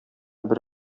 бер